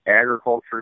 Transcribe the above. Agriculture